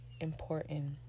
important